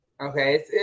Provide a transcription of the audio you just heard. Okay